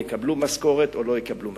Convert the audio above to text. יקבלו משכורת או לא יקבלו משכורת.